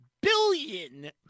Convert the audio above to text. billion